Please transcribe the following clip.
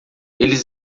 eles